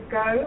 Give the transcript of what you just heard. go